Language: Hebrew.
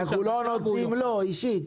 אנחנו לא נותנים לו אישית,